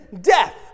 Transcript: death